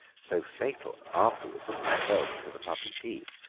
so fatal, afterwards, to himself and to the public peace,